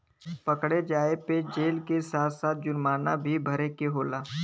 पकड़े जाये पे जेल के साथ साथ जुरमाना भी भरे के होला